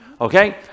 Okay